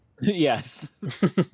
Yes